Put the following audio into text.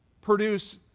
produce